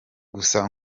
gusa